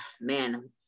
Man